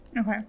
okay